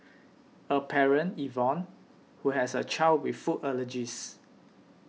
a parent Yvonne who has a child with food allergies